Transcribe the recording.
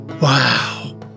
Wow